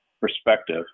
perspective